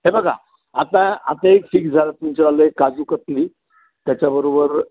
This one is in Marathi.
हे बघा आता आता एक फिक्स झालं तुमच्यावालं एक काजूकतली त्याच्याबरोबर